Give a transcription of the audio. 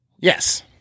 Yes